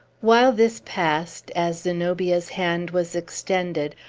while this passed, as zenobia's hand was extended,